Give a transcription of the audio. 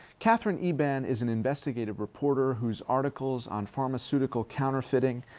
katherine eban is an investigative reporter whose articles on pharmaceutical counterfeiting,